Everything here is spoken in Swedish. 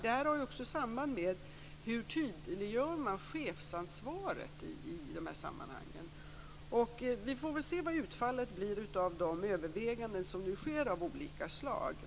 Detta har också samband med hur man tydliggör chefsansvaret. Vi får väl se vad utfallet blir av de överväganden som nu sker av olika slag.